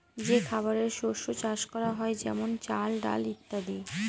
যে খাবারের শস্য চাষ করা হয় যেমন চাল, ডাল ইত্যাদি